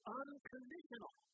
unconditional